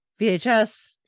VHS